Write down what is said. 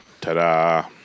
ta-da